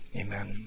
Amen